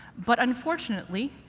but unfortunately,